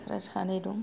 डाक्टारा सानै दं